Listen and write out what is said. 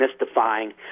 mystifying